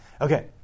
Okay